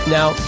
Now